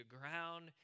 ground